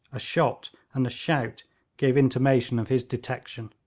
a shot and a shout gave intimation of his detection.